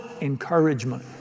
Encouragement